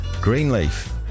Greenleaf